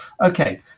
Okay